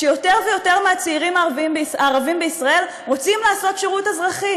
שיותר ויותר מהצעירים הערבים בישראל רוצים לעשות שירות אזרחי,